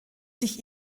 sich